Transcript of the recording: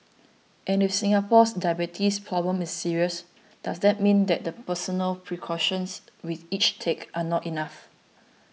and if Singapore's diabetes problem is serious does that mean that the personal precautions we each take are not enough